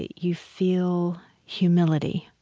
you feel humility.